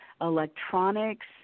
electronics